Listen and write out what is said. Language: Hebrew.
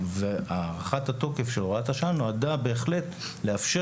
הארכת התוקף של הוראת השעה בהחלט נועדה לאפשר